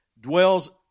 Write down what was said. dwells